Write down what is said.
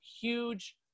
huge